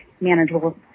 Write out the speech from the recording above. manageable